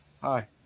hi